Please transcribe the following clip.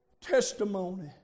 Testimony